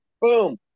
Boom